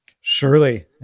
Surely